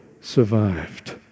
survived